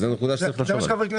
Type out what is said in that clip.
זאת נקודה שצריך לחשוב עליה.